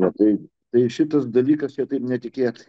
metai tai šitas dalykas jo taip netikėtai